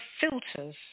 filters